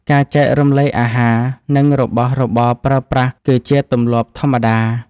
ការចែករំលែកអាហារ និងរបស់របរប្រើប្រាស់គឺជាទម្លាប់ធម្មតា។